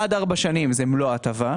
עד ארבע שנים זה מלוא ההטבה,